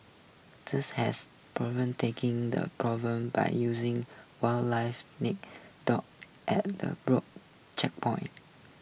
has taking the problem by using wildlife nick dogs at the broad checkpoints